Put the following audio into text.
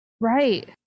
right